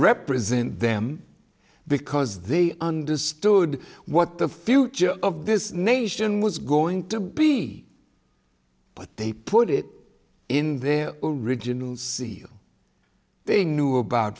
represent them because they understood what the future of this nation was going to be but they put it in their original see they knew about